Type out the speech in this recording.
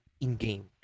in-game